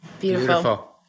Beautiful